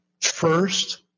first